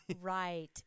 Right